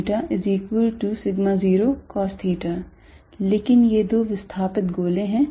0cosθ लेकिन ये दो विस्थापित गोले हैं